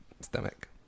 stomach